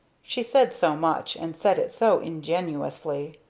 she said so much, and said it so ingeniously,